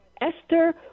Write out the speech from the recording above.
Esther